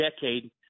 decade